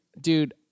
Dude